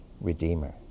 Redeemer